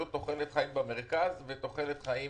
לכם נתונים על תוחלת חיים במרכז ותוחלת חיים